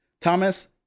Thomas